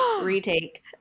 Retake